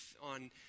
on